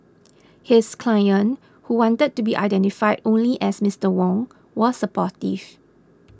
his client who wanted to be identified only as Mister Wong was supportive